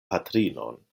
patrinon